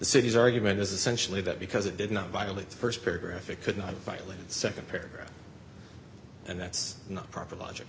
city's argument is essentially that because it did not violate the st paragraph it could not violated nd paragraph and that's not proper logic